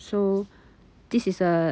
so this is a